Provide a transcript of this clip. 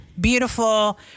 Beautiful